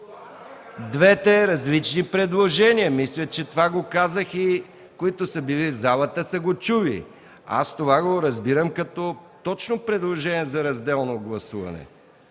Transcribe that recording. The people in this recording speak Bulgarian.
двете различни предложения. Мисля, че това казах и които са били в залата са го чули. Аз разбирам това точно като предложение за разделно гласуване.